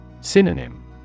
Synonym